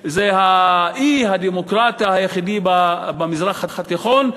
זה אי הדמוקרטיה היחידי במזרח התיכון,